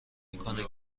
میکنه